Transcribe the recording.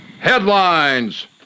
Headlines